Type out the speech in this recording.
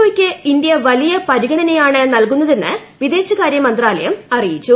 ഒക്ക് ഇന്ത്യ വലിയ് പരിഗണനയാണ് നൽകുന്നതെന്ന് വിദേശകാര്യമന്ത്രാലയം അറിയിച്ചു